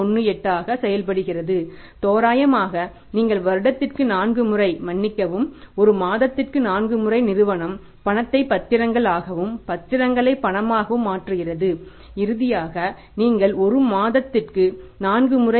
18 ஆக செயல்படுகிறது தோராயமாக நீங்கள் வருடத்திற்கு 4 முறை மன்னிக்கவும் ஒரு மாதத்திற்கு 4 முறை நிறுவனம் பணத்தை பத்திரங்கள் ஆகவும் பத்திரங்களை பணமாகவும் மாற்றுகிறது இறுதியாக நீங்கள் ஒரு மாதத்திற்கு 4 முறை